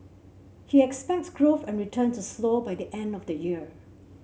he expects growth and returns to slow by the end of the year